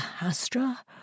Astra